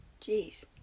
Jeez